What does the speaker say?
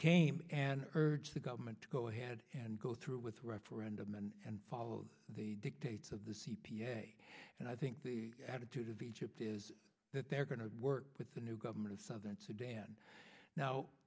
came and urge the government to go ahead and go through with a referendum and follow the dictates of the c p a and i think the attitude of egypt is that they are going to work with the new government of southern sudan now